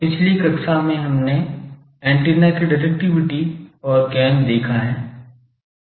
पिछली कक्षा में हमने एंटीना की डिरेक्टिविटी और गैन देखा है